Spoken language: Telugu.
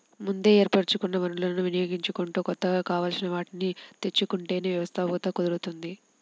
ముందే ఏర్పరచుకున్న వనరులను వినియోగించుకుంటూ కొత్తగా కావాల్సిన వాటిని తెచ్చుకుంటేనే వ్యవస్థాపకత కుదురుతుంది